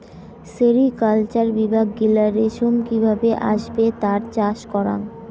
sericulture বিভাগ গিলা রেশম কি ভাবে আসবে তার চাষ করাং